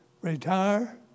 retire